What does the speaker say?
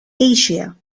asia